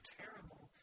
terrible